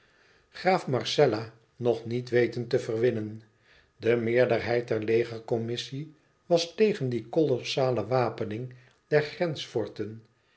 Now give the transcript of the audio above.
graaf marcella nog niet weten te verwinnen de meerderheid der legercommissie was tegen die kolossale wapening der